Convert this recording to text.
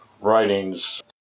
writings